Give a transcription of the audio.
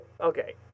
Okay